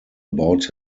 about